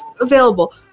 available